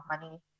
money